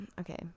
Okay